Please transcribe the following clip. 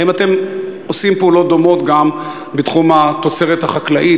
האם אתם עושים פעולות דומות גם בתחום התוצרת החקלאית